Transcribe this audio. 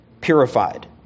purified